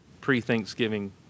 pre-Thanksgiving